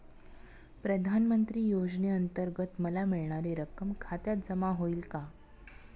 प्रधानमंत्री योजनेअंतर्गत मला मिळणारी रक्कम खात्यात जमा होईल का?